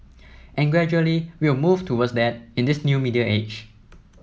and gradually we'll move towards that in this new media age